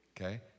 okay